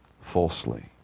falsely